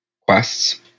quests